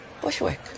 Bushwick